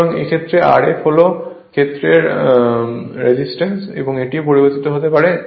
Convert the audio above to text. সুতরাং এই ক্ষেত্রে Rf হল ক্ষেত্রের রেজিস্ট্যান্স এটিও পরিবর্তিত হতে পারে